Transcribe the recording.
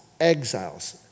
exiles